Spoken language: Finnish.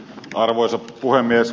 arvoisa puhemies